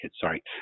sorry